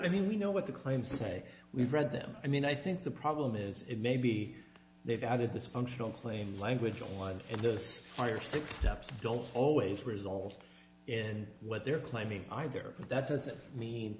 i mean we know what the claims say we've read them i mean i think the problem is it may be they've added dysfunctional claims language on it those are six steps don't always result in what they're claiming either that doesn't mean